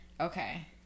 Okay